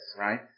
right